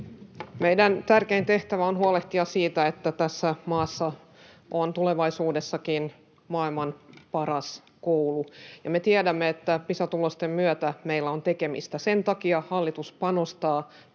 Meidän tärkein tehtävämme on huolehtia siitä, että tässä maassa on tulevaisuudessakin maailman paras koulu, ja me tiedämme, että Pisa-tulosten myötä meillä on siinä tekemistä. Sen takia hallitus panostaa